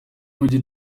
mijyi